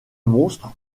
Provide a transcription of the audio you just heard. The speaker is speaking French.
monstre